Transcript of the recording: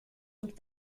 und